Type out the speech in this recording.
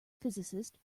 physicist